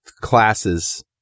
classes